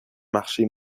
marché